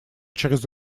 через